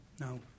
No